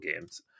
games